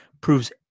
proves